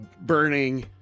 burning